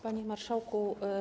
Panie Marszałku!